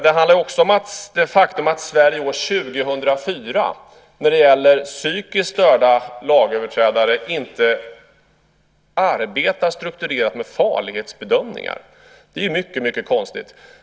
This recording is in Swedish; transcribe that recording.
Det handlar också om det faktum att Sverige år 2004 inte arbetar strukturerat med farlighetsbedömningar när det gäller psykiskt störda lagöverträdare. Det är mycket konstigt.